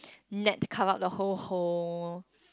net to cover up up the whole hole